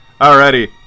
Alrighty